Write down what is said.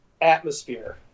atmosphere